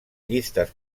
llistes